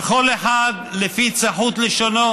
וכל אחד לפי צחות לשונו